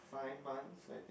five months I think